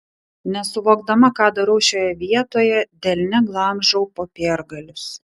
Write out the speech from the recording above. nesuvokdama ką darau šioje vietoje delne glamžau popiergalius